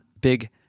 big